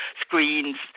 screens